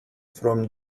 from